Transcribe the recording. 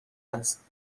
است